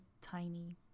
tiny